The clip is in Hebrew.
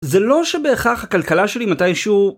זה לא שבהכרח הכלכלה שלי מתישהו...